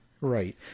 Right